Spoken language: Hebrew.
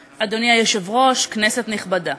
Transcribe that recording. היושב-ראש, כנסת נכבדה,